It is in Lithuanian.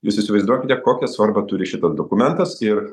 jūs įsivaizduokite kokią svarbą turi šitas dokumentas ir